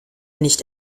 nicht